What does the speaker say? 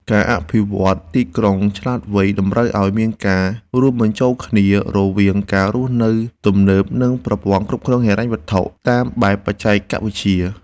ការអភិវឌ្ឍន៍ទីក្រុងឆ្លាតវៃតម្រូវឱ្យមានការរួមបញ្ចូលគ្នារវាងការរស់នៅទំនើបនិងប្រព័ន្ធគ្រប់គ្រងហិរញ្ញវត្ថុតាមបែបបច្ចេកវិទ្យា។